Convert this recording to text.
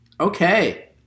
Okay